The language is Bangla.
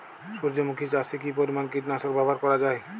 সূর্যমুখি চাষে কি পরিমান কীটনাশক ব্যবহার করা যায়?